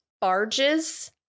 barges